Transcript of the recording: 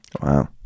Wow